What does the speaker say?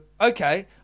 okay